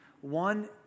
One